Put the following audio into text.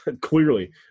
Clearly